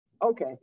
Okay